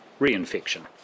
reinfection